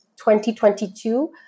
2022